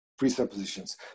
presuppositions